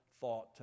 thought